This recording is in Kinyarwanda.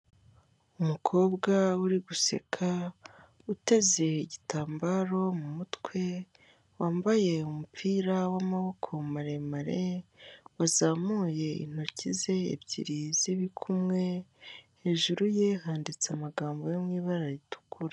Umugore wicaye mu biro , umugore akaba yambaye amataratara, akaba yambaye ikote ry'umukara mu imbere yambariyemo umwambaro w'umweru, imbere yu mugore hakaba hari ameza ateretseho amazi ari mwicupa riri mubwoko bw'inyange.